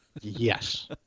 Yes